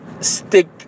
Stick